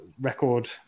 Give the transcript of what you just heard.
record